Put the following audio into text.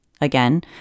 again